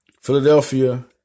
Philadelphia